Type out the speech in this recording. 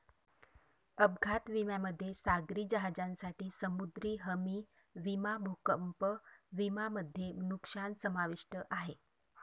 अपघात विम्यामध्ये सागरी जहाजांसाठी समुद्री हमी विमा भूकंप विमा मध्ये नुकसान समाविष्ट आहे